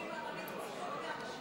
אומרים בערבית: צחוק מאנשים.